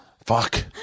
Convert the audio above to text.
Fuck